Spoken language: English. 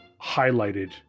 highlighted